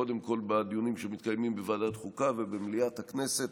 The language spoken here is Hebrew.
קודם כול בדיונים שמתקיימים בוועדת החוקה ובמליאת הכנסת,